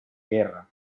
guerra